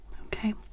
Okay